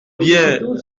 bien